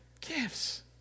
gifts